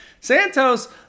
Santos